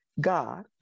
God